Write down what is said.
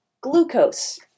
glucose